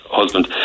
husband